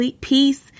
peace